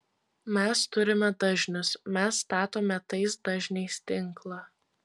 mes turime dažnius mes statome tais dažniais tinklą